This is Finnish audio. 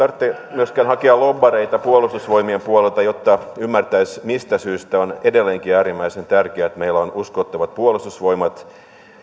myöskään hakea lobbareita puolustusvoimien puolelta jotta ymmärtäisi mistä syystä on edelleenkin äärimmäisen tärkeää että meillä on uskottavat puolustusvoimat